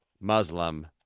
Muslim